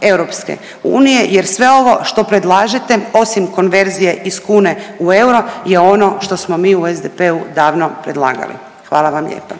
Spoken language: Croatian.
direktivama EU jer sve ovo što predlažete, osim konverzije iz kune u euro je ono što smo mi u SDP-u davno predlagali. Hvala vam lijepa.